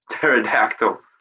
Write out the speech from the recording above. Pterodactyl